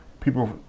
people